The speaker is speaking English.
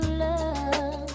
love